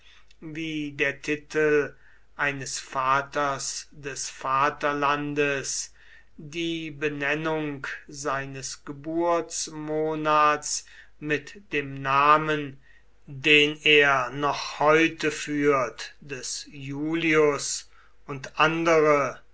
wie der titel eines vaters des vaterlandes die benennung seines geburtsmonats mit dem namen den er nach heute führt des julius und andere